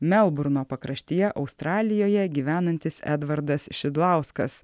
melburno pakraštyje australijoje gyvenantis edvardas šidlauskas